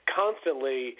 constantly